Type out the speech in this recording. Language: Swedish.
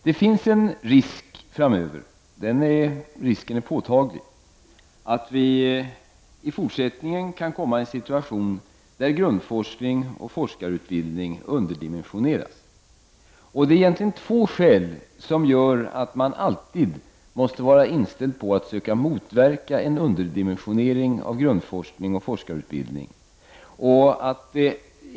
Det finns en risk, och den är påtaglig, att vi i fortsättningen kan komma i en situation där grundforskning och forskarutbildning underdimensioneras. Det är egentligen två skäl som gör att man alltid måste vara inställd på att söka motverka en underdimensionering av grundforskning och forskarutbildning.